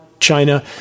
China